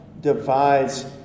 divides